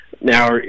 Now